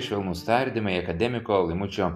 švelnūs tardymai akademiko laimučio